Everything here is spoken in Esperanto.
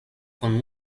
kun